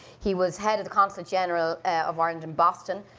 he was head of the consulate general of ireland and boston,